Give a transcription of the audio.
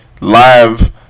live